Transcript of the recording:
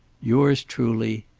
yours truly,